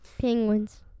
Penguins